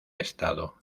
estado